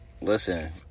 Listen